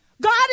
God